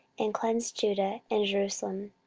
and cleansed judah and jerusalem.